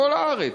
בכל הארץ,